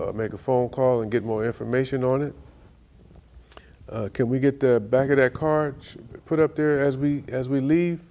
make a phone call and get more information on it can we get the back of that car put up there as we as we leave